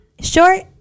short